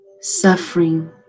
Suffering